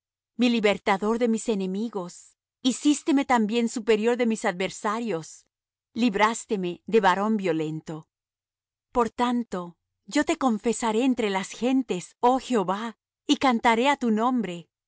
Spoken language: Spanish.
mi libertador de mis enemigos hicísteme también superior de mis adversarios librásteme de varón violento por tanto yo te confesaré entre las gentes oh jehová y cantaré á tu nombre